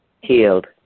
healed